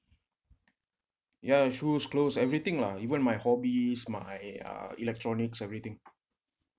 ya shoes clothes everything lah even my hobbies my uh electronics everything